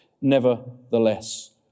nevertheless